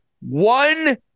one